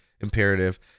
imperative